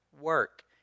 work